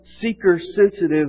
seeker-sensitive